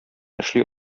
эшли